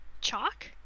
Chalk